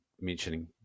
mentioning